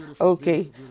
okay